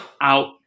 out